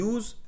Use